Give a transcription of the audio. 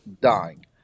dying